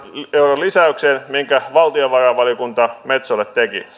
euron lisäykseen minkä valtiovarainvaliokunta metsolle